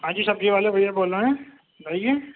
ہاں جی سبزی والے بھیا بول رہے ہیں بتایئے